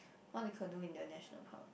I wanna canoe in their national park